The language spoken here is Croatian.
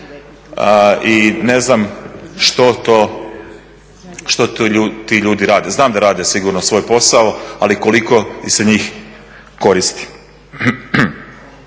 i ne znam što ti ljudi rade. Znam da rade sigurno svoj posao, ali koliko se njih koristi.